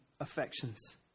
affections